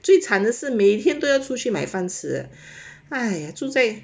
最惨的是每天都要出去买饭吃啊哎呀住在